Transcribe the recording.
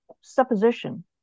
supposition